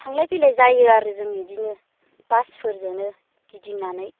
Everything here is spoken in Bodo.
थांलाय फैलाय जायो आरो जों बिदिनो बासफोरजोंनो गिदिंनानै